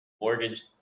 mortgage